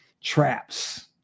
traps